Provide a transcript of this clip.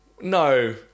no